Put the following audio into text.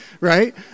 right